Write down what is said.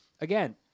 Again